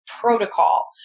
protocol